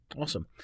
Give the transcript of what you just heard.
Awesome